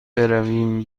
برویم